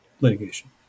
litigation